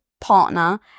partner